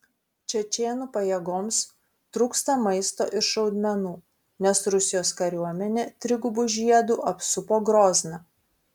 čečėnų pajėgoms trūksta maisto ir šaudmenų nes rusijos kariuomenė trigubu žiedu apsupo grozną